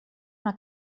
una